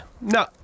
No